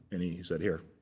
and he said, here,